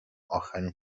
آخرین